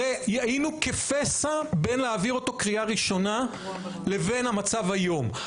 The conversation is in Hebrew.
הרי היינו כפסע בין להעביר אותו קריאה ראשונה לבין המצב היום.